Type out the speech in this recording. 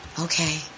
okay